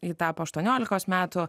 ji tapo aštuoniolikos metų